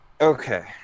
okay